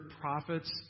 prophets